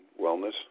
wellness